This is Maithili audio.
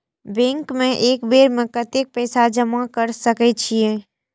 बैंक में एक बेर में कतेक पैसा जमा कर सके छीये?